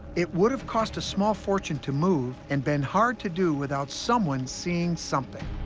it would have cost a small fortune to move and been hard to do without someone seeing something.